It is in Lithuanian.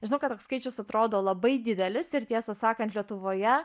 žinau kad toks skaičius atrodo labai didelis ir tiesą sakant lietuvoje